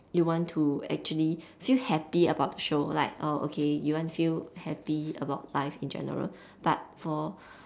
you want to actually feel happy about the show like err okay you want to feel happy about life in general but for